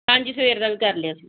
ਹਾਂਜੀ ਸਵੇਰ ਦਾ ਵੀ ਕਰ ਲਿਆ ਸੀ